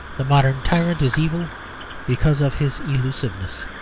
the modern tyrant is evil because of his elusiveness.